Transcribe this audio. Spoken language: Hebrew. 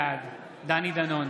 בעד דני דנון,